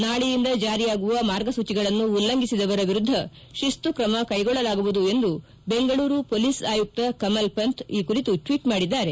ನಾಳೆಯಿಂದ ಜಾರಿಯಾಗುವ ಮಾರ್ಗಸೂಚಿಗಳನ್ನು ಉಲ್ಲಂಘಿಸಿದವರ ವಿರುದ್ದ ಶಿಸ್ತು ಕ್ರಮ ಕೈಗೊಳ್ಳಲಾಗುವುದು ಎಂದು ಬೆಂಗಳೂರು ಪೊಲೀಸ್ ಆಯುಕ್ತ ಕಮಲ್ಪಂತ್ ಟ್ವೀಟ್ ಮಾಡಿದ್ದಾರೆ